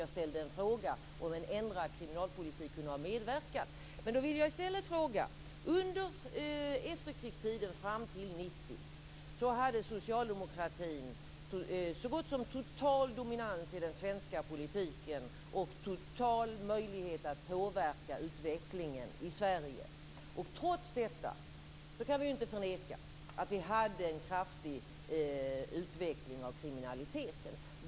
Jag frågade om en ändrad kriminalpolitik kunde ha medverkat. Jag vill i stället ställa en annan fråga. Under efterkrigstiden fram till 1990 hade socialdemokratin så gott som total dominans i den svenska politiken och total möjlighet att påverka utvecklingen i Sverige. Trots detta kan vi inte förneka att vi hade en kraftig utveckling av kriminaliteten.